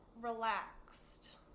relaxed